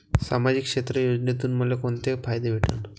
सामाजिक क्षेत्र योजनेतून मले कोंते फायदे भेटन?